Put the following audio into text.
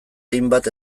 hainbat